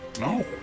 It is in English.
No